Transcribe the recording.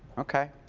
okay.